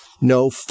No